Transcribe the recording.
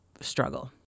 struggle